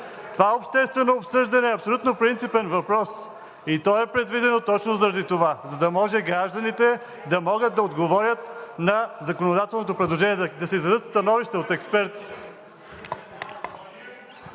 Това обществено обсъждане е абсолютно принципен въпрос и то е предвидено точно заради това – за да може гражданите да могат да отговорят на законодателното предложение, да се издадат становища от експерти.